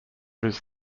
his